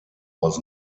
was